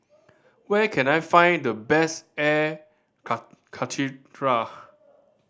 where can I find the best air karthira